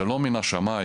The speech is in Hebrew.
זה לא מן השמים,